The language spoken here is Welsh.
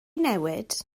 newid